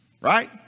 right